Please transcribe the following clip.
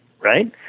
right